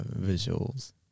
Visuals